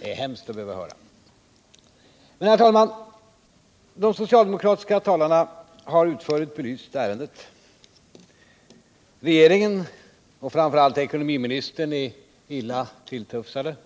Det är hemskt att behöva höra på detta. Herr talman! De socialdemokratiska talarna har utförligt belyst ärendet. Regeringen och framför allt ekonomiministern är illa tilltufsade.